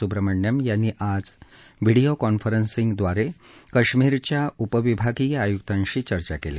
सुब्रमण्यम यांनी आज व्हिडिओ कॉन्फरन्सिंगद्वारे काश्मीरच्या उपविभागीय आयुक्तांशी चर्चा केली